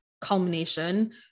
culmination